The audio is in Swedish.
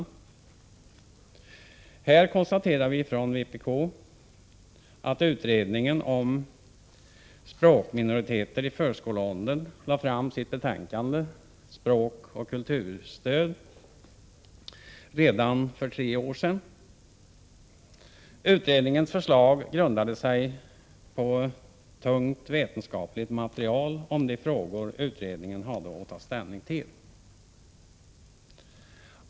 I det sammanhanget konstaterar vi från vpk att utredningen om språkminoriteter i förskoleåldern lade fram sitt betänkande Språk och kulturstöd redan för tre år sedan. Utredningens förslag grundade sig på tungt vetenskapligt material om de frågor utredningen hade att ta ställning till.